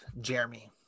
Jeremy